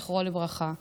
זכרו לברכה.